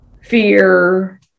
fear